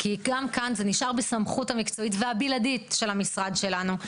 כי גם כאן זה נשאר בסמכות המקצועית והבלעדית של המשרד שלנו.